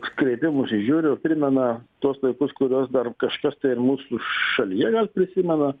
kreipimusis žiūriu primena tuos laikus kuriuos dar kažkas tai ir mūsų šalyje gal prisimena